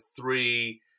three